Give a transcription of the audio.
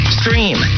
stream